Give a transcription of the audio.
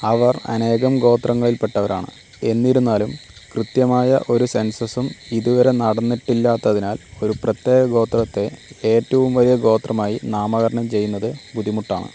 അവർ അനേകം ഗോത്രങ്ങളിൽ പെട്ടവരാണ് എന്നിരുന്നാലും കൃത്യമായ ഒരു സെൻസസും ഇതുവരെ നടന്നിട്ടില്ലാത്തതിനാൽ ഒരു പ്രത്യേക ഗോത്രത്തെ ഏറ്റവും വലിയ ഗോത്രമായി നാമകരണം ചെയ്യുന്നത് ബുദ്ധിമുട്ടാണ്